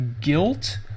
guilt